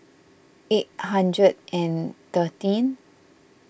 eight hundred and thirteen